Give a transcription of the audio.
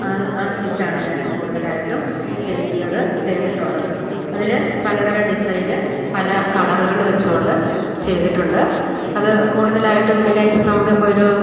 അത് ആ സ്റ്റിച്ചാണ് ഞാൻ കൂടുതലായിട്ടും ചെയ്യുന്നത് ചെയ്തിട്ടുള്ളത് അതിൽ പലതരം ഡിസൈന് പല കളറ്കൾ വെച്ച് കൊണ്ട് ചെയ്തിട്ടുണ്ട് അത് കൂടുതലായിട്ടും ഇങ്ങനെ നമുക്ക് ഇപ്പം ഒരു